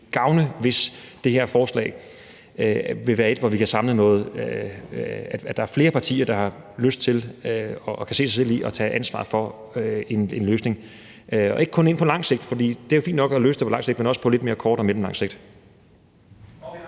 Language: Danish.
gavne, hvis det her forslag vil være et, hvor flere partier kan se sig selv i at have lyst til at tage ansvar for en løsning – og ikke kun en løsning på lang sigt, selv om det er fint nok at løse det på lang sigt, men også på en lidt mere kort og mellemlang sigt.